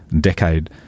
Decade